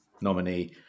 nominee